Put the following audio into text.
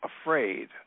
afraid